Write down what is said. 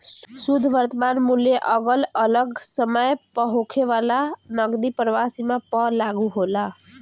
शुद्ध वर्तमान मूल्य अगल अलग समय पअ होखे वाला नगदी प्रवाह सीमा पअ लागू होला